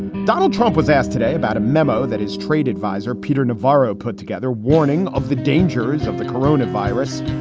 donald trump was asked today about a memo that his trade adviser, peter navarro, put together warning of the dangers of the corona virus.